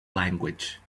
language